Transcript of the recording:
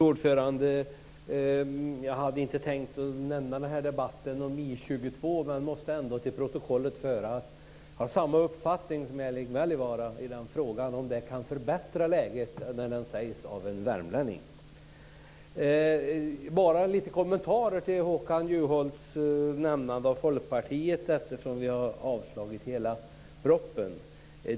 Fru talman! Jag hade inte tänkt att nämna I 21 i den här debatten, men jag måste ändå till protokollet få fört att jag har samma uppfattning som Erling Wälivaara i den frågan - om det nu kan förbättra läget när det sägs av en värmlänning. Jag vill bara göra några kommentarer. Håkan Juholt nämnde Folkpartiet eftersom vi föreslår avslag på hela propositionen.